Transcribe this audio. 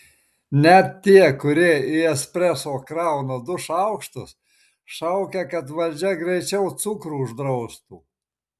net tie kurie į espreso krauna du šaukštus šaukia kad valdžia greičiau cukrų uždraustų